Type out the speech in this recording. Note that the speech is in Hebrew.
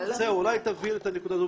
אולי תבהירי את הנקודה הזאת,